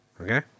Okay